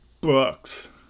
Books